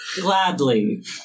Gladly